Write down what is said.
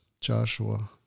Joshua